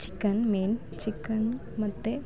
chicken main chicken ಮತ್ತು